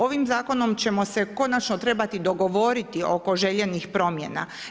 Ovim zakonom ćemo se konačno trebati dogovoriti oko željenih promjena.